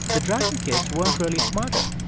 the dragon kids weren't really smarter.